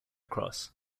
cross